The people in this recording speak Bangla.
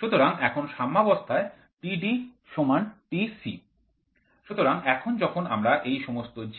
সুতরাং এখন সাম্যাবস্থায় Td Tc সুতরাং এখন যখন আমরা এই সমস্ত G